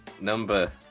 Number